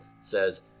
says